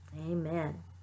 Amen